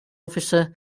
officer